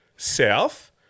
South